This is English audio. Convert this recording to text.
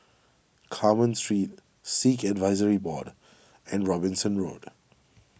Carmen Street Sikh Advisory Board and Robinson Road